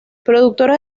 productora